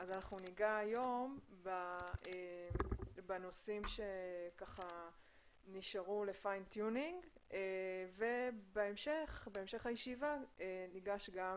היום ניגע בנושאים שנשארו לפיין טיונינג ובהמשך הישיבה ניגש גם